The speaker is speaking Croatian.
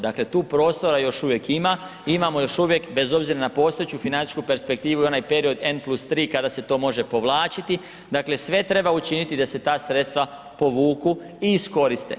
Dakle, tu prostora još uvijek ima, imamo još uvijek bez obzira na postojeću financijsku perspektivu i onaj period n+3 kada se to može povlačiti, dakle sve treba učiniti da se ta sredstva povuku i iskoriste.